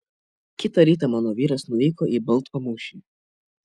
kitą rytą mano vyras nuvyko į baltpamūšį